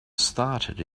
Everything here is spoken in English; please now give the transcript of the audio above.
started